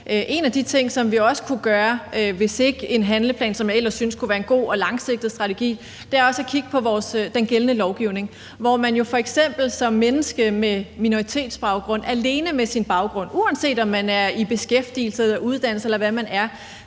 En ting, som vi også kunne gøre, hvis det ikke bliver en handleplan, som jeg ellers synes kunne være en god og langsigtet strategi, er at kigge på den gældende lovgivning. Det er jo f.eks. sådan, at man som et menneske med minoritetsbaggrund alene på grund af sin baggrund og sin herkomst, uanset om man er i beskæftigelse, uddannelse, eller hvad man er,